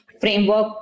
framework